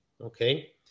okay